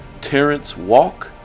Terrencewalk